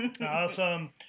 Awesome